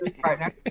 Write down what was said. partner